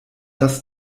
das